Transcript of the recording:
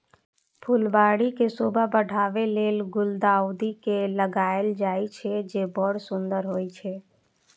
फुलबाड़ी के शोभा बढ़ाबै लेल गुलदाउदी के लगायल जाइ छै, जे बड़ सुंदर होइ छै